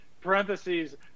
parentheses